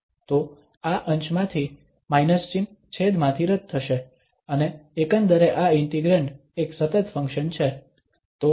તો આ અંશમાંથી માઇનસ ચિહ્ન છેદમાંથી રદ થશે અને એકંદરે આ ઇન્ટિગ્રેંડ એક સતત ફંક્શન છે